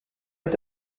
est